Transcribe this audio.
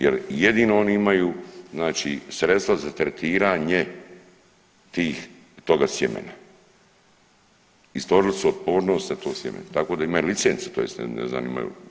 Jer jedino oni imaju, znači sredstva za tretiranje toga sjemena i stvorili su otpornost na to sjeme, tako da imaju licencu, tj. ne znam imaju.